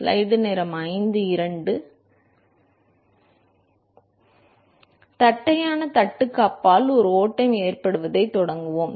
எனவே தட்டையான தட்டுக்கு அப்பால் ஒரு ஓட்டம் ஏற்படுவதைத் தொடங்குவோம்